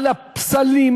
על הפסלים,